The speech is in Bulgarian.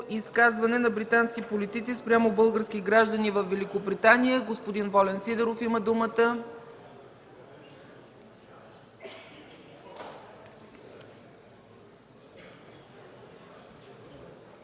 изказване на британски политици спрямо български граждани във Великобритания. Господин Волен Сидеров има думата.